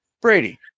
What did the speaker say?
Brady